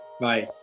bye